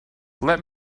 let